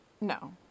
No